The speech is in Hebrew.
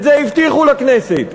את זה הבטיחו לכנסת,